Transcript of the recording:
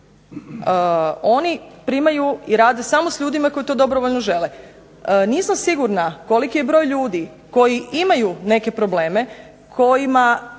Oni primaju i rade samo s ljudima koji to dobrovoljno žele. Nisam sigurna koliki je broj ljudi koji imaju neke probleme koji